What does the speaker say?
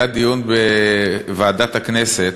היה דיון בוועדת הכנסת,